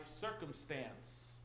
circumstance